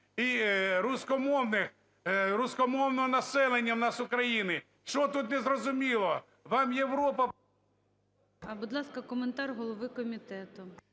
руськомовного населення в нас в Україні. Що тут не зрозуміло? Вам Європа... ГОЛОВУЮЧИЙ. Будь ласка, коментар голови комітету.